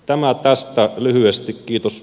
tämä tästä lyhyesti kiitos